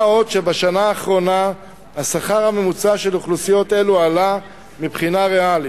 מה עוד שבשנה האחרונה השכר הממוצע של אוכלוסיות אלה עלה בצורה ריאלית.